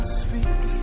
speak